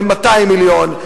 ל-200 מיליון.